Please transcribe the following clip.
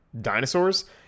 dinosaurs